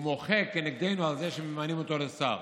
והוא מוחה כנגדנו על זה שממנים אותו לשר.